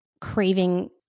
craving